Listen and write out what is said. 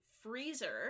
freezer